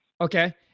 Okay